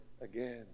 again